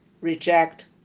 reject